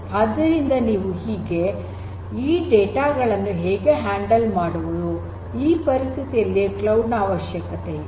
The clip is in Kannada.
ಆದ್ದರಿಂದ ನೀವು ಹೇಗೆ ಈ ಡೇಟಾ ಗಳನ್ನು ಹೇಗೆ ನಿರ್ವಹಣೆ ಮಾಡುವುದು ಈ ಪರಿಸ್ಥಿತಿಯಲ್ಲಿ ಕ್ಲೌಡ್ ನ ಅವಶ್ಯಕತೆ ಇದೆ